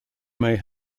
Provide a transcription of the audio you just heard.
may